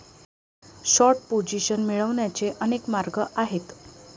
short position मिळवण्याचे अनेक मार्ग आहेत